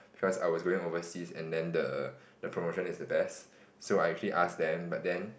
because I was going overseas and then the promotion is the best so I actually asked them but then